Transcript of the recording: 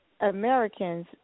Americans